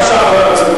בבקשה, חבר הכנסת וקנין.